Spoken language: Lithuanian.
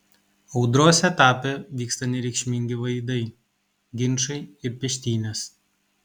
audros etape vyksta nereikšmingi vaidai ginčai ir peštynės